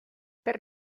per